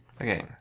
Okay